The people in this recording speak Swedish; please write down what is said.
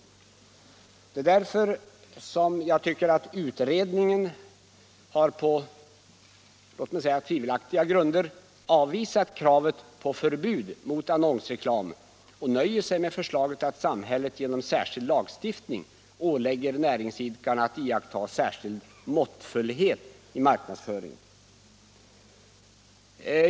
Därför tycker jag att det är på något tvivelaktiga grunder utredningen har avvisat kravet på förbud mot annonsreklam och nöjt sig med förslaget, att samhället genom särskild lagstiftning skall ålägga näringsidkarna att iaktta speciell måttfullhet vid marknadsföringen.